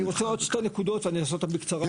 אני רוצה עוד שתי נקודות, אני אעשה אותן בקצרה.